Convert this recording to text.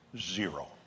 zero